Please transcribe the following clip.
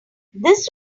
this